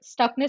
stuckness